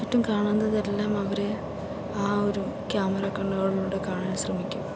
ചുറ്റും കാണുന്നതെല്ലാം അവർ ആ ഒരു ക്യാമറ കണ്ണുകളിലൂടെ കാണാൻ ശ്രമിക്കും